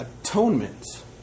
Atonement